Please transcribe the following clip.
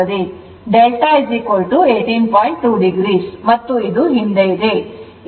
2o ಮತ್ತು ಇದು ಹಿಂದುಳಿದಿದೆ